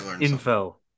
info